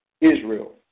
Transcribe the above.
Israel